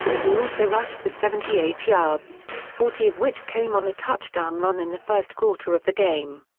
he also rushed for seventy eight yards, forty of which came on a touchdown run in the first quarter of the game.